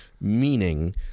Meaning